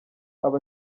aba